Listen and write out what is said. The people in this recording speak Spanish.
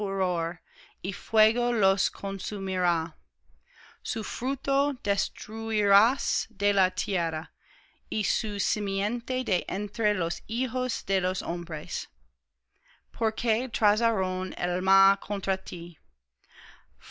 y fuego los consumirá su fruto destruirás de la tierra y su simiente de entre los hijos de los hombres porque